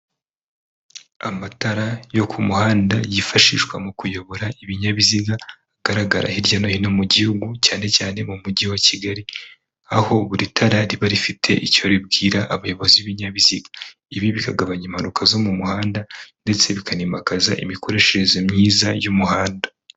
Amatara yo ku muhanda yifashishwa mu kuyobora ibinyabiziga agaragara hirya no hino mu gihugu cyane cyane mu mugi wa Kigali, aho buri tara riba rifite icyo ribwira abayobozi b'ibinyabiziga, ibi bikagabanya impanuka zo mu muhanda ndetse bikanimakaza imikoreshereze myiza y'umuhanda.